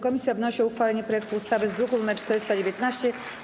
Komisja wnosi o uchwalenie projektu ustawy z druku nr 419.